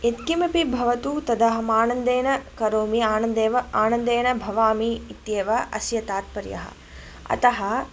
यत्किमपि भवतु तदहम् आनन्देन करोमि आनन्देव आनन्देन भवामि इत्येव अस्य तात्पर्यः अतः